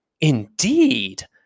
Indeed